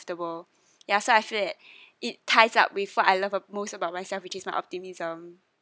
comfortable ya so I feel that it ties up with what I love the most about myself which is my optimism